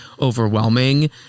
overwhelming